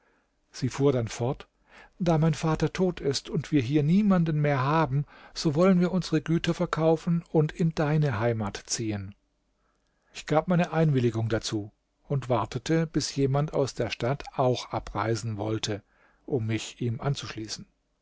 sie fuhr dann fort da mein vater tot ist und wir hier niemanden mehr haben so wollen wir unsere güter verkaufen und in deine heimat ziehen ich gab meine einwilligung dazu und wartete bis jemand aus der stadt auch abreisen wollte um mich ihm anzuschließen